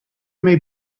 may